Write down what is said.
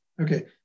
Okay